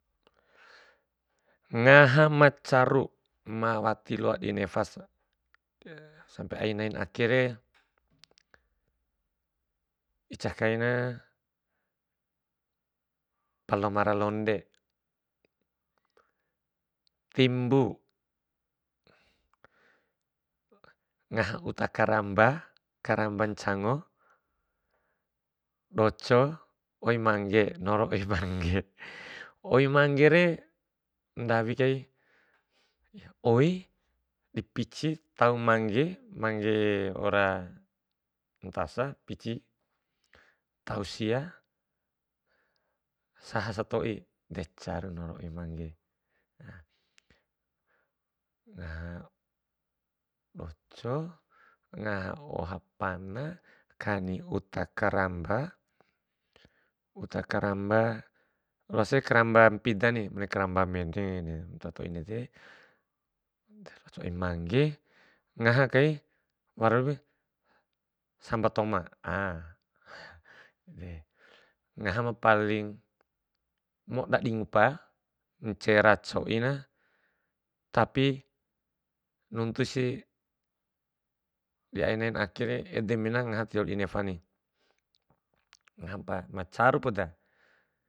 Ngaha ma caru ma wati loa dinefa sampai ain nain akare, ica kaina pala mara londe, timbu, ngaha uta karamba, karamba ncango, doco, oi mangge noro oi mangge, io manggere ndawi kai oi dipici tau mangge, mangge waura ntansa, pici tau sia saha satoi, de caru noro oi mangge ngaha doco ngaha oha pana kani uta karamba, uta karamba loasi karamba mpidani bune karamba mene uta toi ndede oi mangge ngaha kai sambal toma, a ngaha ma paling moda di ngupa ncera coina tapi nuntusi di aina akere ede mena ngaha ti loa di nefa ni, ngaha pa ma caru poda.